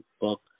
book